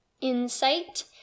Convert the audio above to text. insight